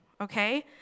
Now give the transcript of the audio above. okay